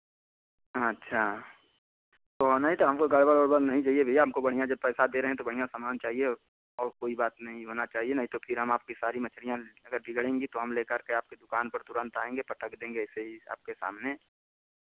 अच्छा तो नहीं हमको गड़बड़ वड़बड़ नहीं चाहिए भैया हमको जो बढियाँ पैसा दे रहे हैं तो बढियाँ सामान चाहिए और कोई बात नहीं होना चाहिए नहीं तो फिर हम आपकी सारी मछलियाँ अगर बिगडेंगी तो हम लेकर के आपकी दुकान पर तुरंत आएँगे पटक देंगे ऐसे ही आपके सामने